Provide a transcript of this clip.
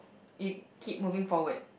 you keep moving forwards